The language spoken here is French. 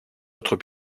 autres